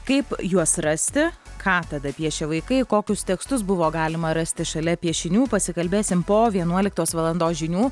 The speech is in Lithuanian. kaip juos rasti ką tada piešė vaikai kokius tekstus buvo galima rasti šalia piešinių pasikalbėsim po vienuoliktos valandos žinių